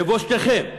לבושתכם,